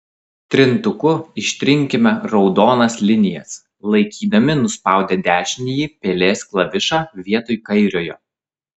trintuku ištrinkime raudonas linijas laikydami nuspaudę dešinįjį pelės klavišą vietoj kairiojo